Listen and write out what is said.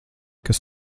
kas